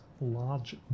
large